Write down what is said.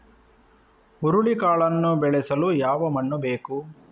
ಹುರುಳಿಕಾಳನ್ನು ಬೆಳೆಸಲು ಯಾವ ಮಣ್ಣು ಬೇಕು?